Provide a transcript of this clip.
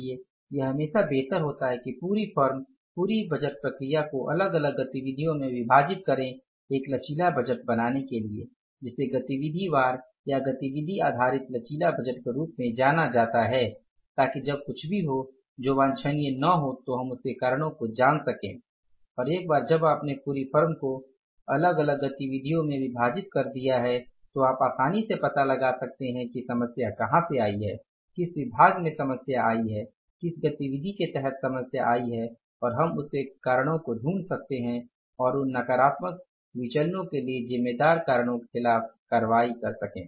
इसलिए यह हमेशा बेहतर होता है कि पूरी फर्म पूरी बजट प्रक्रिया को अलग अलग गतिविधियों में विभाजित करें एक लचीला बजट बनाने के लिए जिसे गतिविधि वार या गतिविधि आधारित लचीला बजट के रूप में जाना जाता है ताकि जब कुछ भी हो जो वांछनीय न हो तो हम उसके कारणों को जान सके और एक बार जब आपने पूरी फर्म को अलग अलग गतिविधियों में विभाजित कर दिया है तो आप आसानी से पता लगा सकते हैं कि समस्या कहां से आई है किस विभाग में समस्या आई है किस गतिविधि के तहत समस्या आई है और हम उसके कारणों को ढूंढ सकते है और उन नकारात्मक विचलनो के लिए जिम्मेदार कारणों के खिलाफ कार्रवाई कर सके